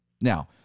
Now